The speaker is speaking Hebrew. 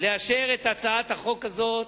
לאשר את הצעת החוק הזאת